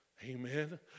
Amen